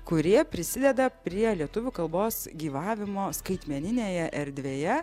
kurie prisideda prie lietuvių kalbos gyvavimo skaitmeninėje erdvėje